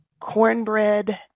cornbread